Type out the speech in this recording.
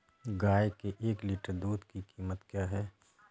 गाय के एक लीटर दूध की कीमत क्या है?